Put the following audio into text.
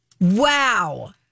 wow